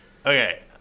Okay